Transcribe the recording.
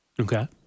Okay